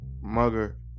Mugger